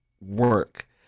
work